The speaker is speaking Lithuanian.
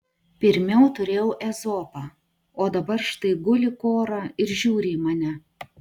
pirmiau turėjau ezopą o dabar štai guli kora ir žiūri į mane